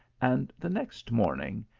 and the next morning,